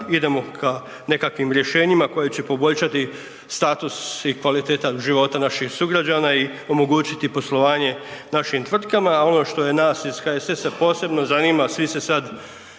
idemo ka nekakvim rješenjima koji će poboljšati status i kvalitetan život naših sugrađana i omogućiti poslovanje našim tvrtkama, a ono što nas ih HSS-a posebno zanima, svi se sad